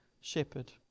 shepherd